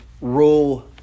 rule